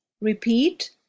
repeat